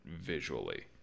visually